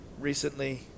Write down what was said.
Recently